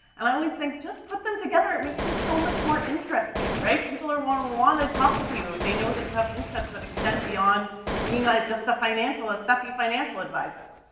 and i always think, just put them together. it makes you so much more interesting. right? people are wanno wanna talk to you if they know that you have interests that extend beyond being, ah, just a financial, a stuffy financial advisor.